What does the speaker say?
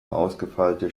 ausgefeilte